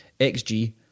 XG